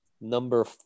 Number